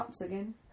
again